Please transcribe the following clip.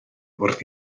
wrth